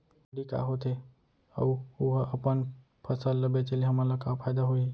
मंडी का होथे अऊ उहा अपन फसल ला बेचे ले हमन ला का फायदा होही?